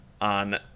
on